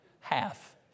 Half